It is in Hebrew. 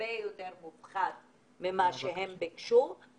הרבה יותר מופחת ממה שהם ביקשו,